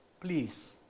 please